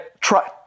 try